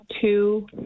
two